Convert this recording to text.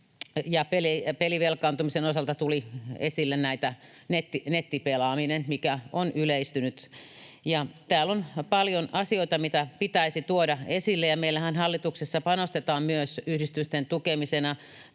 pelivelkaantumisen osalta tuli esille tämä nettipelaaminen, mikä on yleistynyt. Täällä on paljon asioita, mitä pitäisi tuoda esille. Meillä hallituksessahan panostetaan myös yhdistysten tukemiseen